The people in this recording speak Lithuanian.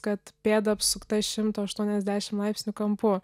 kad pėda apsukta šimto aštuoniasdešimt laipsnių kampu